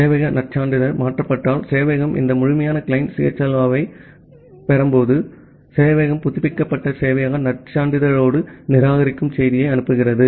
சேவையக நற்சான்றிதழ் மாற்றப்பட்டால் சேவையகம் இந்த முழுமையான கிளையன்ட் CHLO ஐப் பெற்றபோது சேவையகம் புதுப்பிக்கப்பட்ட சேவையக நற்சான்றிதழோடு நிராகரிக்கும் செய்தியை அனுப்புகிறது